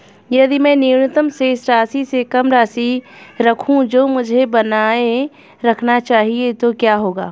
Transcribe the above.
यदि मैं न्यूनतम शेष राशि से कम राशि रखूं जो मुझे बनाए रखना चाहिए तो क्या होगा?